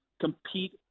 compete